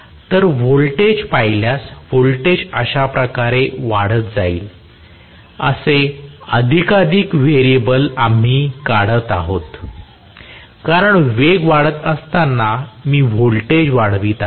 तर व्होल्टेज पाहिल्यास व्होल्टेज अशाप्रकारे वाढत जाईल असे एकाधिक व्हेरिएबल आम्ही काढत आहोत कारण वेग वाढत असताना मी व्होल्टेज वाढवित आहे